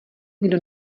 kdo